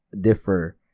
differ